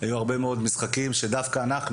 היו הרבה מאוד משחקים שדווקא אנחנו,